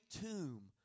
tomb